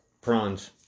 Prawns